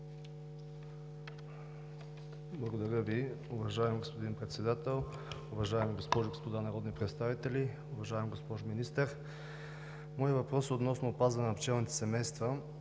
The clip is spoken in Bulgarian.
Благодаря Ви, уважаеми господин Председател. Уважаеми госпожи и господа народни представители! Уважаема госпожо Министър, моят въпрос е относно опазване на пчелните семейства.